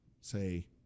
say